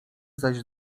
zaś